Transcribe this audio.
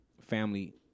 family